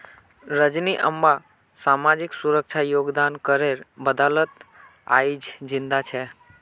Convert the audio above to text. रजनी अम्मा सामाजिक सुरक्षा योगदान करेर बदौलत आइज जिंदा छ